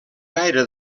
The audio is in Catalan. gaire